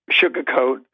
sugarcoat